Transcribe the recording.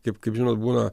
kaip kaip žinot būna